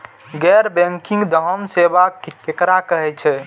गैर बैंकिंग धान सेवा केकरा कहे छे?